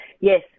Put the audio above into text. yes